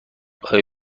آیا